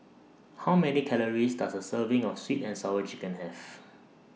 How Many Calories Does A Serving of Sweet and Sour Chicken Have